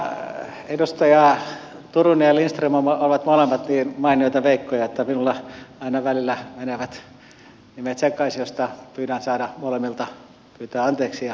edustajat turunen ja lindström ovat molemmat niin mainioita veikkoja että minulla aina välillä menevät nimet sekaisin mistä pyydän saada molemmilta pyytää anteeksi ja pahoitella sitä